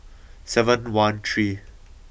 seven one three